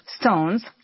stones